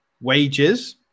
Wages